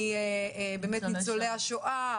ניצולי שואה,